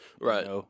right